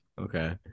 Okay